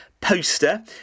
poster